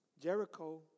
Jericho